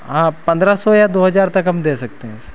हाँ पन्द्रह सौ या दो हज़ार तक हम दे सकते हैं सर